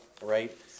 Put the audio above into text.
right